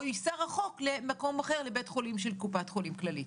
ייסע רחוק לבית חולים של קופת חולים כללית.